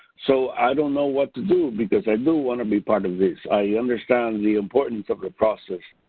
so i don't know what to do because i do want to be part of this. i understand the importance of the process.